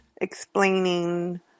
explaining